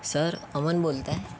sir Aman बोलत आहे